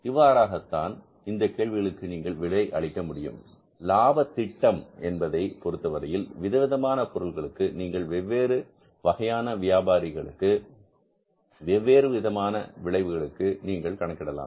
இவ்வாறாகத் தான் இந்த கேள்விகளுக்கு நீங்கள் விடை அளிக்க முடியும் லாப திட்டம் என்பதை பொருத்தவரையில் விதவிதமான பொருட்களுக்கு நீங்கள் வெவ்வேறு வகையான வியாபாரிகளுக்கு வெவ்வேறு விதமான விளைவுகளுக்கு நீங்கள் கணக்கிடலாம்